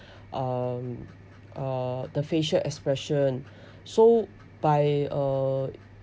um uh the facial expression so by uh